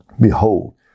Behold